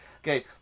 Okay